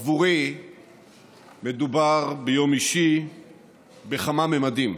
עבורי מדובר ביום אישי בכמה ממדים.